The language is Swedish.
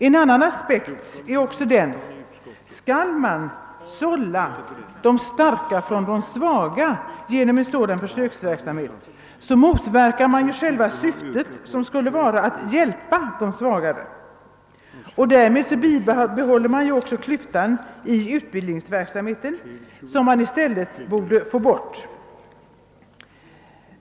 En annan aspekt är också denna, att om man skall »sålla de starka från de svaga» genom en sådan försöksverksamhet, så motverkar man ju själva syftet som skulle vara att hjälpa de svagare. Därmed behålls eller utvidgas klyftan i utbildningsavseende som man i stället helt ville få bort.